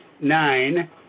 nine